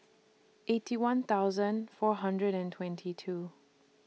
Eighty One thousand four hundred and twenty two